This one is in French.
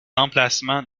emplacements